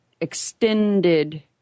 extended